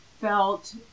felt